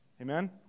Amen